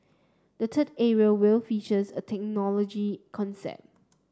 the third area will features a technology concept